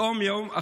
פתאום היום,